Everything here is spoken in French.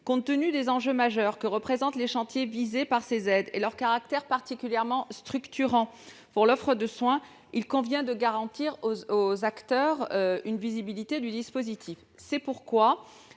Compte tenu des enjeux majeurs que représentent les chantiers visés par ces aides et du caractère particulièrement structurant de ceux-ci pour l'offre de soins, il convient de garantir aux acteurs une visibilité du dispositif. À cette fin,